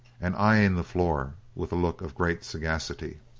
and eyeing the floor with a look of great sagacity.